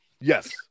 Yes